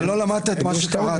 אתה לא למדת את מה שקראת.